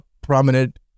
prominent